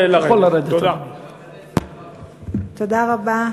תודה רבה.